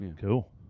Cool